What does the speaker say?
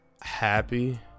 happy